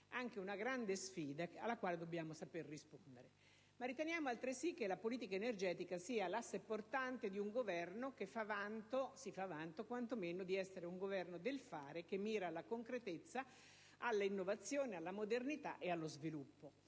anche una grande sfida alla quale dobbiamo saper rispondere. Riteniamo altresì che la politica energetica sia l'asse portante di un Governo che si fa vanto quantomeno di essere un Governo del fare, che mira alla concretezza, all'innovazione, alla modernità e allo sviluppo.